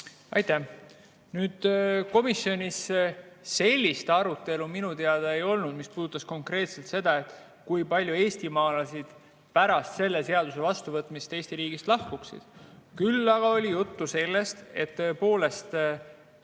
Aitäh! Komisjonis sellist arutelu minu teada ei olnud, mis puudutanuks konkreetselt seda, kui palju eestimaalasi pärast selle seaduse vastuvõtmist Eesti riigist lahkuks. Küll aga oli juttu sellest, et on